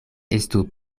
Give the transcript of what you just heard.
estu